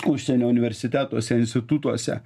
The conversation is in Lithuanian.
užsienio universitetuose institutuose